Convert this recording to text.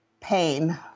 pain